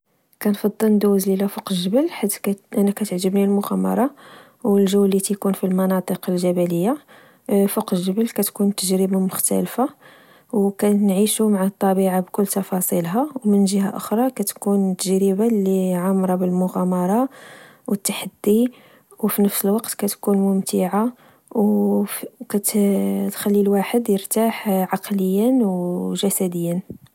كنفضل ندوز ليلة فوق الجبل، حيت أنا كتعجبني المغامرة والجو اللي تيكون فالمناطق الجبلية. فوق الجبل كتكون تجربة مختالفا، وكتعيشو مع الطبيعة بكل تفاصيلها. ومن جهة أخرى كتكون تجربة لعامرة بالمغامرة، والتحدي. وفي نفس الوقت كتكون ممتعة وكتخلي الواحد يرتاح عقلياً وجسديا.